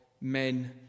men